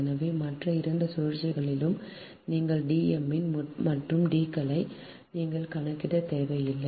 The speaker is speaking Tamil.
எனவே மற்ற 2 சுழற்சிகளுக்கு உங்கள் D m மற்றும் D களை நீங்கள் கணக்கிட தேவையில்லை